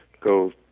go